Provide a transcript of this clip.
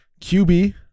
QB